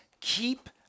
Keep